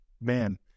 Man